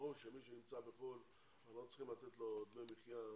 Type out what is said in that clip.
ברור שלמי שנמצא בחו"ל לא צריכים לתת דמי מחיה,